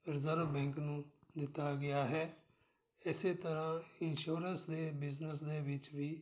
reserve bank ਨੂੰ ਦਿੱਤਾ ਗਿਆ ਹੈ ਇਸੇ ਤਰ੍ਹਾਂ ਇੰਸ਼ੋਰੈਂਸ ਦੇ ਬਿਜ਼ਨਸ ਦੇ ਵਿੱਚ ਵੀ